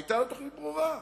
היתה תוכנית ברורה.